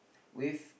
with